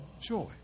joy